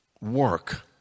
work